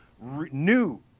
new